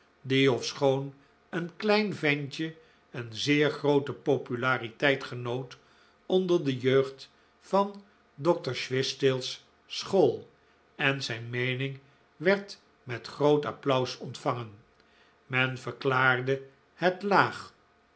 die ofschoon een klein ventje een zeer groote populariteit genoot onder de jeugd van dr swishtail's school en zijn meening werd met groot applaus ontvangen men verklaarde het laag